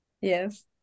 Yes